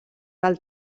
del